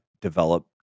develop